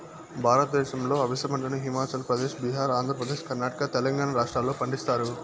భారతదేశంలో అవిసె పంటను హిమాచల్ ప్రదేశ్, బీహార్, ఆంధ్రప్రదేశ్, కర్ణాటక, తెలంగాణ రాష్ట్రాలలో పండిస్తారు